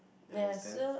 you understand